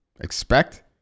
expect